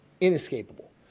inescapable